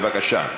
בבקשה,